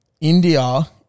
India